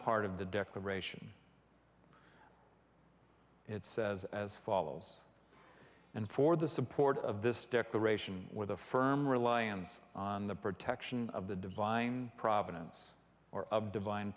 part of the declaration it says as follows and for the support of this declaration with a firm reliance on the protection of the divine providence or divine